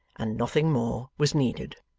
and nothing more was needed.